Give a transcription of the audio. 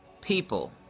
people